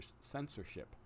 censorship